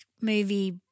movie